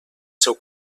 seu